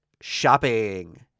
shopping